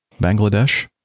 Bangladesh